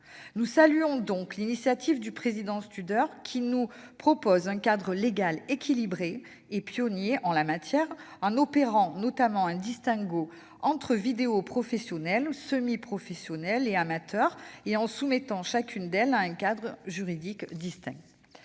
Nous saluons donc l'initiative du président Studer, qui propose d'instaurer un cadre légal équilibré et pionnier en la matière, en opérant notamment un distinguo entre vidéos professionnelles, vidéos semi-professionnelles et vidéos amateurs, et en soumettant chacune de ces catégories à un cadre juridique spécifique.